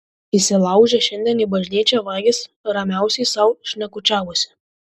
įsilaužę šiandien į bažnyčią vagys ramiausiai sau šnekučiavosi